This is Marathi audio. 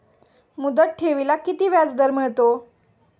मुदत ठेवीला किती व्याजदर मिळतो?